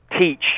teach